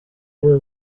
were